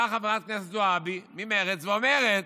באה חברת כנסת זועבי ממרצ ואומרת: